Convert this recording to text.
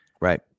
Right